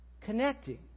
connecting